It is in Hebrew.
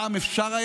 פעם היה אפשר,